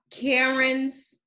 karen's